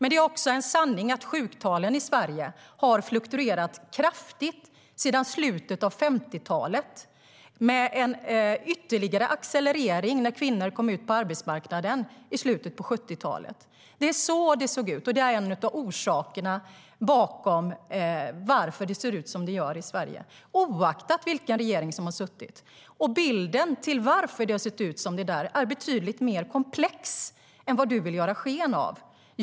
Det är också en sanning att sjuktalen i Sverige har fluktuerat kraftigt sedan slutet av 1950-talet, med en ytterligare accelerering när kvinnor kom ut på arbetsmarknaden i slutet av 1970-talet. Det är så det sett ut, och det är en av orsakerna bakom att det ser ut som det gör i Sverige, oavsett vilken regering som har suttit vid makten. Bilden är betydligt mer komplex än du vill ge sken av.